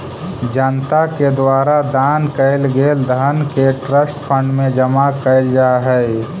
जनता के द्वारा दान कैल गेल धन के ट्रस्ट फंड में जमा कैल जा हई